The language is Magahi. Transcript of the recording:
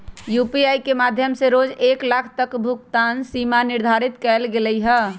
यू.पी.आई के माध्यम से रोज एक लाख तक के भुगतान सीमा निर्धारित कएल गेल हइ